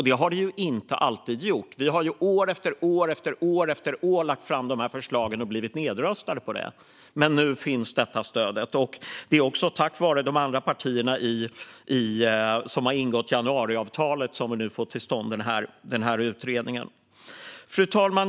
Det har det inte alltid gjort. Liberalerna har år efter år lagt fram dessa förslag och blivit nedröstade. Men nu finns detta stöd, och det är också tack vare de andra partierna som ingått januariavtalet som vi nu får till stånd denna utredning. Fru talman!